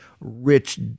rich